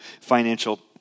financial